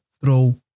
throw